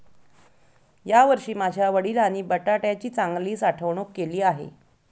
यावर्षी माझ्या वडिलांनी बटाट्याची चांगली साठवणूक केली आहे